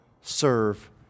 serve